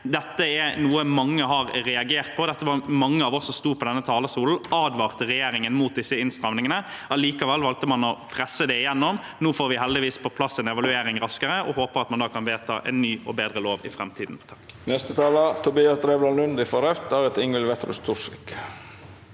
Dette er noe mange har reagert på. Mange av oss som sto på denne talerstolen, advarte regjeringen mot disse innstrammingene. Likevel valgte man å presse det gjennom. Nå får vi heldigvis på plass en evaluering raskere, og jeg håper at man kan vedta en ny og bedre lov i framtiden.